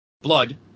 blood